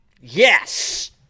Yes